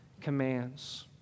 commands